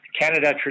Canada